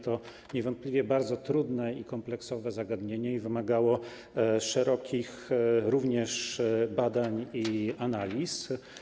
To niewątpliwie bardzo trudne i kompleksowe zagadnienie wymagało szerokich badań i analiz.